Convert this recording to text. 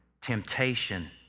temptation